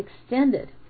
extended